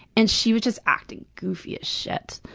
and she was just acting goofy as shit.